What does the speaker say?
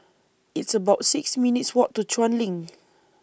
It's about six minutes' Walk to Chuan LINK